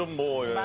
um boy?